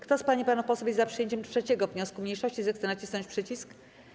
Kto z pań i panów posłów jest za przyjęciem 3. wniosku mniejszości, zechce nacisnąć przycisk.